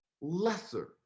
lesser